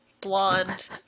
blonde